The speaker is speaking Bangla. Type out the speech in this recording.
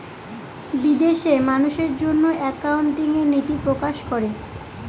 বিদেশে মানুষের জন্য একাউন্টিং এর নীতি প্রকাশ করে